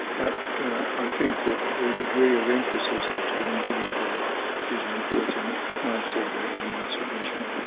but i think that the degree of emphasis that's been given to it is unfortunate and i've said that in my submission.